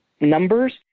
numbers